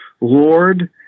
Lord